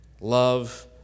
love